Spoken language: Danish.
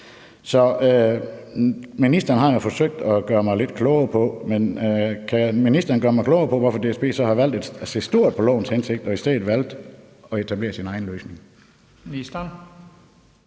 Så ministeren har jo forsøgt at gøre mig lidt klogere på det, men kan ministeren gøre mig klogere på, hvorfor DSB så har valgt at se stort på lovens hensigter og i stedet valgt at etablere sin egen løsning?